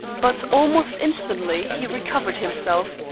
but almost instantly he recovered himself,